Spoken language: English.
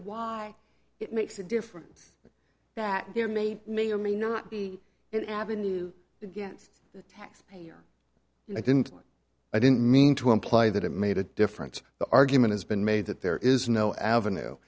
was it makes a difference that there may may or may not be an avenue yes here and i didn't i didn't mean to imply that it made a difference the argument has been made that there is no avenue